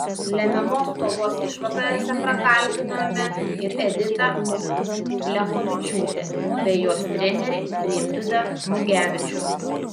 lemiamos kovos išvakarėse pakalbinome ir editą liachovičiūtę bei jos trenerį rimvydą mugevičių